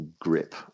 grip